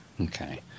Okay